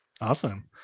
awesome